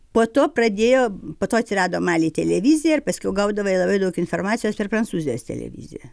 po to pradėjo po to atsirado maly televizija ir paskiau gaudavai labai daug informacijos per prancūzijos televiziją